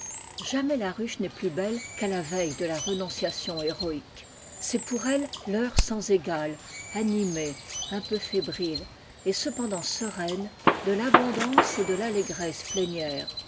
jamais la ruche n'est plus belle qu'à la veille de la renonciation héroïque c'est pour elle l'heure sans égale animée un peu fébrile et cependant sereine de l'abondance et de l'allégresse plénières